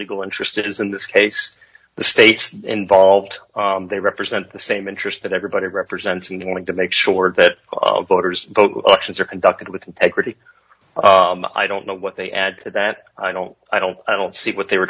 legal interest is in this case the states involved they represent the same interest that everybody represents in going to make sure that voters vote elections are conducted with integrity i don't know what they add to that i don't i don't i don't see what they were